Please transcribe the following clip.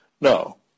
no